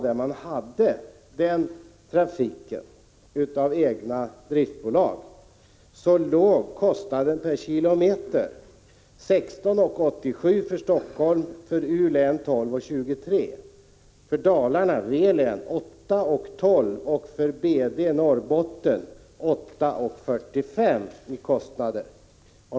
Där man skött trafiken med egna driftbolag var kostnaden per kilometer i Helsingfors 16:87 kr., i Västmanland, U-län, 12:23 kr., i Dalarna, W-län, 8:12 kr, i Norrbotten, BD-län, 8:45 kr.